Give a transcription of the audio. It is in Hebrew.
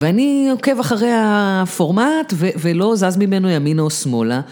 ואני עוקב אחרי הפורמט ולא זז ממנו ימינה או שמאלה